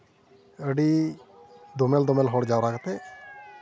ᱟᱹᱰᱤ ᱫᱚᱢᱮᱞ ᱫᱚᱢᱮᱞ ᱦᱚᱲ ᱡᱟᱣᱨᱟ ᱠᱟᱛᱮᱫ